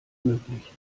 möglich